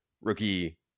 rookie